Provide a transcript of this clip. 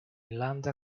lambda